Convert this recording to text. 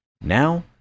Now